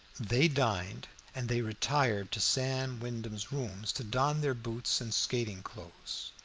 they dined, and they retired to sam wyndham's rooms to don their boots and skating clothes.